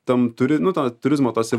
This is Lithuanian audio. tam turi nu turizmo tose